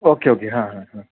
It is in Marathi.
ओके ओके हां हां हां